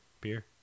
beer